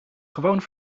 gewoon